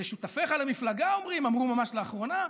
זה שותפיך למפלגה אומרים, אמרו ממש לאחרונה.